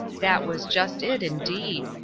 that was just it, indeed.